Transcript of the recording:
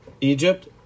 Egypt